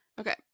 Okay